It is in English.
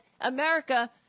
America